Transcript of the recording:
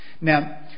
Now